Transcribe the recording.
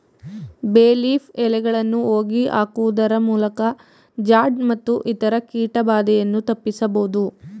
ಬೇ ಲೀಫ್ ಎಲೆಗಳನ್ನು ಹೋಗಿ ಹಾಕುವುದರಮೂಲಕ ಜಾಡ್ ಮತ್ತು ಇತರ ಕೀಟ ಬಾಧೆಯನ್ನು ತಪ್ಪಿಸಬೋದು